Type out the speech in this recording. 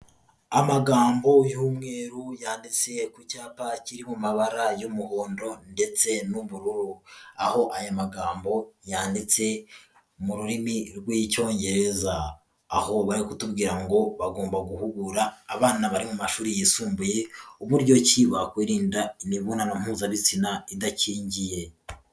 Amagambo y'umweru yanditse ku cyapa kiri mu mabara y'umuhondo ndetse n'ubururu. Aho aya magambo yanditse mu rurimi rw'Icyongereza. Aho bari kutubwira ngo bagomba guhugura abana bari mu mashuri yisumbuye, uburyo ki bakwirinda imibonano mpuzabitsina idakingiye.